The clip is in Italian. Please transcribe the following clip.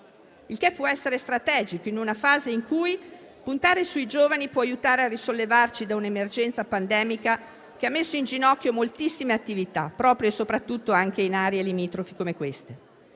il che può essere strategico in una fase in cui puntare sui giovani può aiutare a risollevarci da un'emergenza pandemica che ha messo in ginocchio moltissime attività, proprio e soprattutto anche in aree limitrofe come quelle.